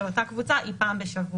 לבדיקות של אותה קבוצה היא פעם בשבוע.